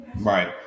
Right